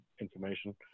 information